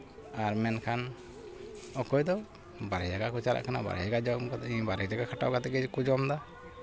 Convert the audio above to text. ᱟᱨ ᱢᱮᱱᱠᱷᱟᱱ ᱚᱠᱚᱭᱫᱚ ᱵᱟᱨ ᱡᱟᱭᱜᱟ ᱠᱚ ᱪᱟᱞᱟᱜ ᱠᱟᱱᱟ ᱵᱟᱨ ᱡᱟᱭᱜᱟ ᱡᱚᱢ ᱠᱟᱛᱮᱫ ᱵᱟᱨ ᱡᱟᱭᱜᱟ ᱠᱷᱟᱴᱟᱣ ᱠᱟᱛᱮᱫ ᱜᱮᱠᱚ ᱡᱚᱢᱫᱟ